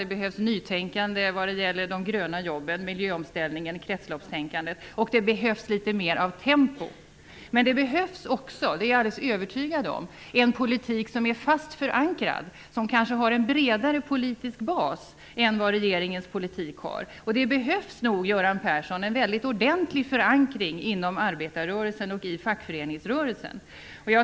Det behövs nytänkande vad gäller de gröna jobben, miljöomställningen och kretsloppstänkandet. Och det behövs litet mer tempo. Men det behövs också, det är jag alldeles övertygad om, en politik som är fast förankrad och som kanske har en bredare politisk bas än vad regeringens politik har. Det behövs nog, Göran Persson, en väldigt ordentlig förankring inom arbetarrörelsen och fackföreningsrörelsen.